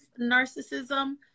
narcissism